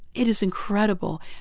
it is incredible.